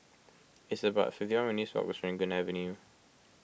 it's about fifty one minutes' walk to Serangoon Avenue